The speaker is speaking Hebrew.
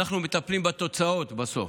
אנחנו מטפלים בתוצאות בסוף.